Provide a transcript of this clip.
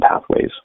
pathways